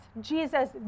Jesus